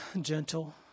gentle